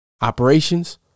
Operations